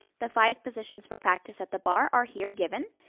the five positions for practice at the bar are here given,